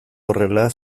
horrela